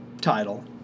title